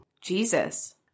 Jesus